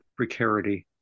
precarity